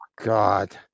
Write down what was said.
God